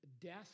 death